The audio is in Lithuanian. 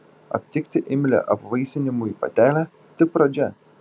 aptikti imlią apvaisinimui patelę tik pradžia